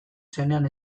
zenean